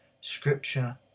Scripture